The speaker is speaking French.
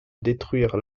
détruire